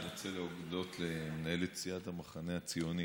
אני רוצה להודות למנהלת סיעת המחנה הציוני.